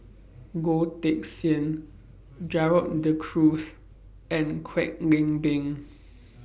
Goh Teck Sian Gerald De Cruz and Kwek Leng Beng